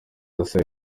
asaba